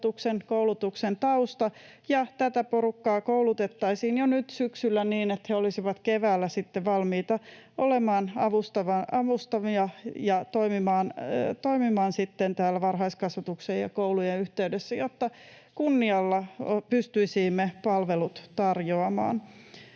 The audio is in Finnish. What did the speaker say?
koulutuksen tausta, ja tätä porukkaa koulutettaisiin jo nyt syksyllä niin, että he olisivat keväällä sitten valmiita olemaan avustavina ja toimimaan sitten täällä varhaiskasvatuksen ja koulujen yhteydessä, jotta kunnialla pystyisimme palvelut tarjoamaan.